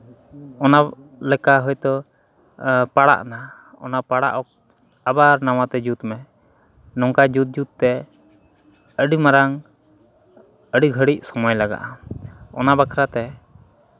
ᱚᱱᱟ ᱞᱮᱠᱟ ᱦᱚᱭ ᱛᱳ ᱯᱟᱲᱟᱜᱱᱟ ᱚᱱᱟ ᱯᱟᱲᱟᱜ ᱚᱠᱛᱚ ᱟᱵᱟᱨ ᱱᱟᱣᱟᱛᱮ ᱡᱩᱛ ᱢᱮ ᱱᱚᱝᱠᱟ ᱡᱩᱛ ᱡᱩᱛᱛᱮ ᱟᱹᱰᱤ ᱢᱟᱨᱟᱝ ᱟᱹᱰᱤ ᱜᱷᱟᱲᱤᱜ ᱥᱚᱢᱚᱭ ᱞᱟᱜᱼᱟ ᱚᱱᱟ ᱵᱟᱠᱷᱨᱟᱛᱮ